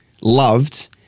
loved